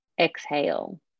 Exhale